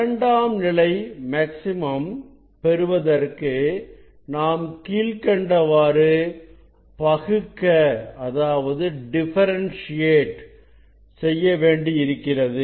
இரண்டாம் நிலை மேக்ஸிமம் பெறுவதற்கு நாம் கீழ்க்கண்டவாறு பகுக்க வேண்டியிருக்கிறது